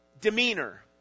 demeanor